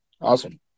awesome